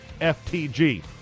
FTG